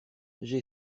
j’ai